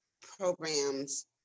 programs